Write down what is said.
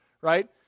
right